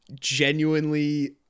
genuinely